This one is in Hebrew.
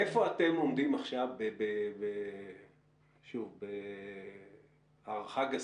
בהערכה גסה,